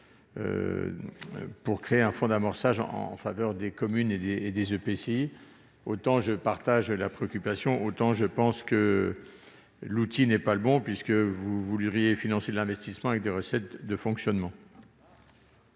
pour créer un fonds d'amorçage en faveur des communes et des EPCI. Autant je partage la préoccupation exprimée, autant je pense que l'outil proposé n'est pas le bon, puisqu'il s'agit de financer de l'investissement avec des recettes de fonctionnement.